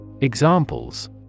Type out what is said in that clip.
Examples